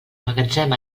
magatzem